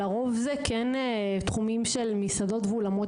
הרוב זה כן תחומים של מסעדות ואולמות